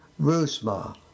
Rusma